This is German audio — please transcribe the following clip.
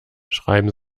schreiben